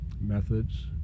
Methods